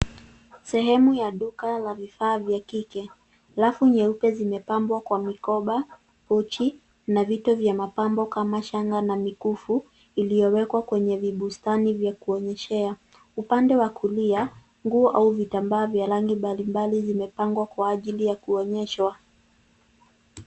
Sehemu ya duka la vifaa vya kike. Rafu nyeupe zimepambwa kwa mikoba, pochi, na vito vya mapambo kama shanga na mikufu, iliyowekwa kwenye vibustani vya kuonyeshea. Upande wa kulia, nguo au vitambaa vya rangi mbali mbali vimepangwa kwa ajili ya kuonyeshwa.